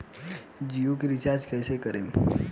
जियो के रीचार्ज कैसे करेम?